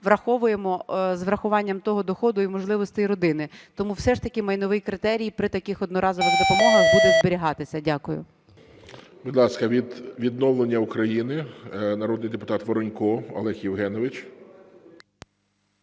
гроші всім з урахуванням того доходу і можливостей родини. Тому все ж таки майновий критерій при таких одноразових допомогах буде зберігатися. Дякую. ГОЛОВУЮЧИЙ. Будь ласка, від "Відновлення України" народний депутат Воронько Олег Євгенович.